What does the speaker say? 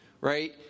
right